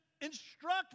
instruct